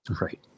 right